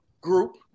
group